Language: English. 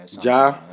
Ja